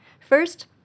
First